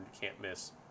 can't-miss